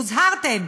הוזהרתם,